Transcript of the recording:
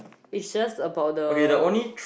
it's just about the